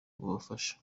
bubafasha